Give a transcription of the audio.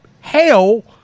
hell